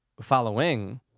Following